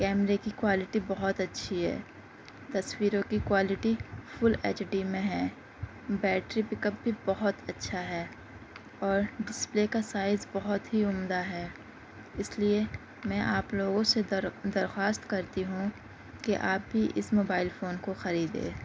کیمرے کی کوالٹی بہت اچّھی ہے تصویروں کی کوالٹی فل ایچ ڈی میں ہے بیٹری پک اپ بھی بہت اچھا ہے اور ڈسپلے کا سائز بہت ہی عمدہ ہے اس لیے میں آپ لوگوں سے در درخواست کرتی ہوں کہ آپ بھی اِس موبائل فون کو خریدے